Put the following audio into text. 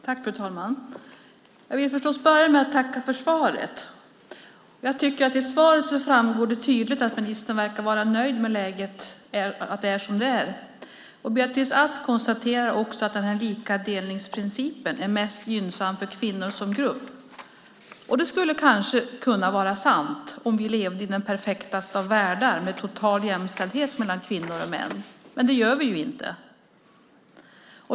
Fru talman! Jag vill först börja med att tacka för svaret. Av svaret framgår det tydligt att ministern verkar vara nöjd med att läget är som det är. Beatrice Ask konstaterar också att likadelningsprincipen är mest gynnsam för kvinnor som grupp. Det skulle kanske kunna vara sant om vi levde i den perfektaste av världar med perfekt jämställdhet mellan kvinnor och män, men det gör vi inte.